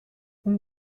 اون